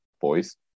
boys